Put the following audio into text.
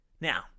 Now